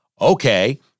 okay